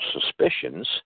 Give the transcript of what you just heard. suspicions